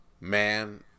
Man